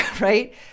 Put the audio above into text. right